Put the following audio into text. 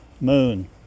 moon